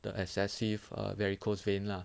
the excessive uh varicose vein lah